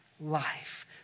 life